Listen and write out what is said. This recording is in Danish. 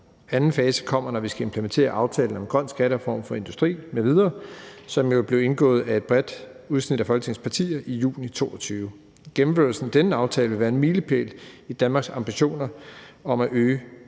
anden fase kommer, når vi skal implementere »Aftale om grøn skattereform for industri mv.«, som jo blev indgået af et bredt udsnit af Folketingets partier i juni 2022. Gennemførelsen af denne aftale vil være en milepæl i Danmarks ambitiøse